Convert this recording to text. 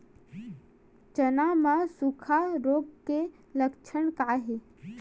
चना म सुखा रोग के लक्षण का हे?